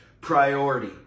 priority